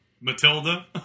Matilda